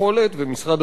ומשרד הבריאות,